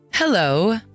Hello